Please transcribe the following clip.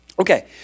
Okay